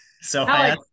So-